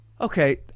Okay